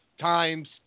times